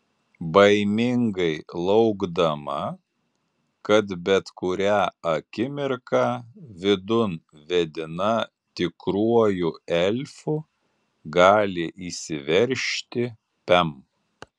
baimingai laukdama kad bet kurią akimirką vidun vedina tikruoju elfu gali įsiveržti pem